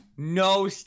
No